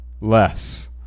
less